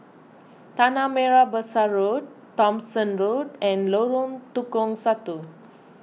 Tanah Merah Besar Road Thomson Road and Lorong Tukang Satu